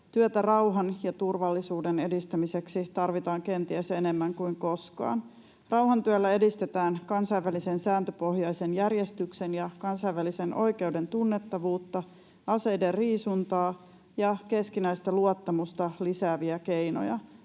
työtä rauhan ja turvallisuuden edistämiseksi tarvitaan kenties enemmän kuin koskaan. Rauhantyöllä edistetään kansainvälisen sääntöpohjaisen järjestyksen ja kansainvälisen oikeuden tunnettavuutta, aseidenriisuntaa ja keskinäistä luottamusta lisääviä keinoja